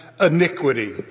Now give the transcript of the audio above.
iniquity